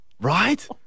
Right